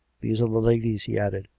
these are the ladies, he added.